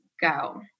go